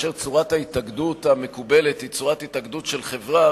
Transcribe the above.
שצורת ההתאגדות המקובלת היא צורת התאגדות של חברה,